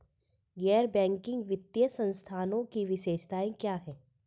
गैर बैंकिंग वित्तीय संस्थानों की विशेषताएं क्या हैं?